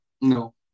No